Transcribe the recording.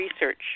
Research